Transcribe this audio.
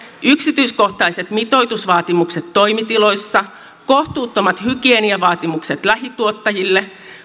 yksityiskohtaiset mitoitusvaatimukset toimitiloissa kohtuuttomat hygieniavaatimukset lähituottajille